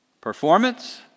performance